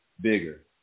bigger